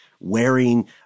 wearing